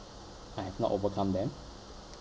I have not overcome them